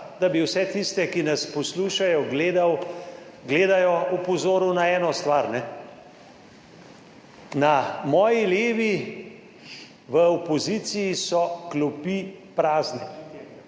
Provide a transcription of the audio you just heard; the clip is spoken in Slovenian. da bi vse tiste, ki nas poslušajo, gledajo, opozoril na eno stvar. Na moji levi, v opoziciji so klopi prazne.